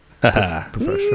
professional